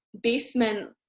basement